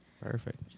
Perfect